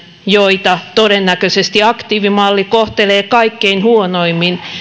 joita todennäköisesti aktiivimalli kohtelee kaikkein huonoimmin